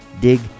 Dig